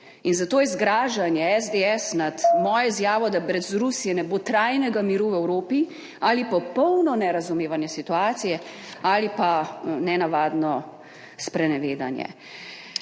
In zato je zgražanje SDS nad mojo izjavo, da brez Rusije ne bo trajnega miru v Evropi, popolno nerazumevanje situacije ali pa nenavadno sprenevedanje.